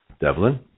Devlin